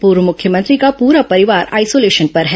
पूर्व मुख्यमंत्री का पूरा परिवार आइसोलेशन पर है